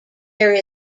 there